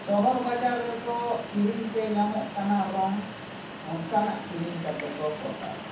ᱥᱚᱦᱚᱨ ᱵᱟᱡᱟᱨ ᱨᱮᱫᱚ ᱠᱤᱨᱤᱧ ᱛᱮ ᱧᱟᱢᱚᱜ ᱠᱟᱱᱟ ᱨᱚᱝ ᱚᱱᱠᱟᱱᱟᱜ ᱠᱤᱨᱤᱧ ᱠᱟᱛᱮᱫ ᱠᱚ ᱯᱚᱛᱟᱣᱟ